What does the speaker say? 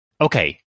Okay